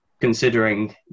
considering